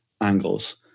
angles